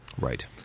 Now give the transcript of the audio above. right